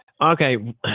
Okay